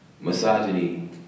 Misogyny